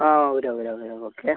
ആ വരാം വരാം വരാം ഓക്കെ